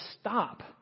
stop